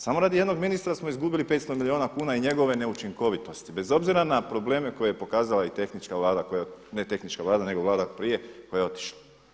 Samo radi jednog ministra smo izgubili 500 milijuna kuna i njegove neučinkovitosti, bez obzira na probleme koje je pokazala i tehnička vlada ne tehnička vlada nego vlada od prije koja je otišla.